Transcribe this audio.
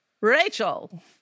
Rachel